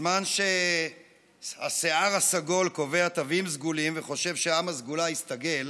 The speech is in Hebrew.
בזמן שהשיער הסגול קובע תווים סגולים וחושב שעם הסגולה יסתגל,